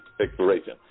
exploration